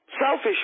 selfish